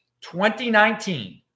2019